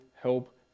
help